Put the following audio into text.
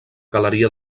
galeria